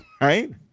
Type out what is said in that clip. right